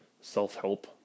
self-help